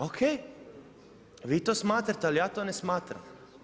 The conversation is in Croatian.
Ok, vi to smatrate, ja to ne smatram.